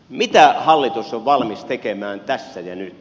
mitä hallitus on valmis tekemään tässä ja nyt